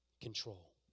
Control